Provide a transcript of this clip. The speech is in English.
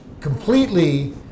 completely